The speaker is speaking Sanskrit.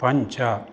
पञ्च